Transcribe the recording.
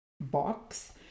box